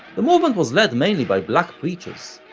the movement was led mainly by black preachers,